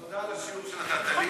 תודה על השיעור שנתת לי.